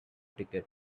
ticket